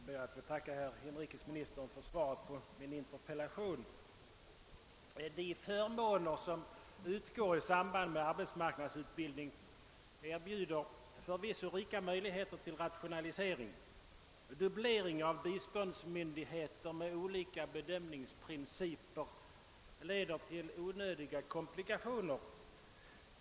Herr talman! Jag ber att få tacka inrikesministern för svaret på min interpellation. De förmåner som utgår i samband med arbetsmarknadsutbildning erbjuder förvisso rika möjligheter till rationalisering. Dubblering av bidragsmyndigheter med olika bedömningsprinciper leder till onödiga komplikationer.